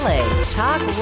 Talk